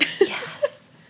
Yes